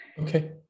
Okay